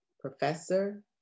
professor